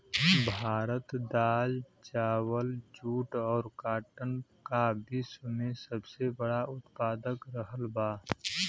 भारत दाल चावल दूध जूट और काटन का विश्व में सबसे बड़ा उतपादक रहल बा